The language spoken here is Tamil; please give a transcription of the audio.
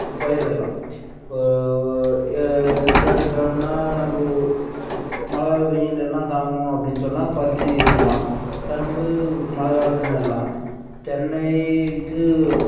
பயிரிடலாம் இப்போது எடுத்துக்காட்டுக்குனா நம்ம மழை வெயில் எல்லாம் தாங்கணும் அப்படின்னு சொன்னால் பருத்தி நடலாம் கரும்பு மழை காலத்தில் நடலாம் தென்னைக்கு